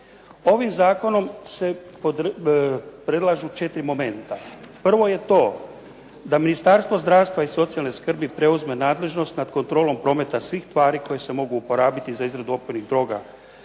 Ovim zakonom se predlažu 4 momenta. Prvo je to da Ministarstvo zdravstva i socijalne skrbi preuzme nadležnost nad kontrolom prometa svih tvari koji se mogu uporabiti za izradu opojnih droga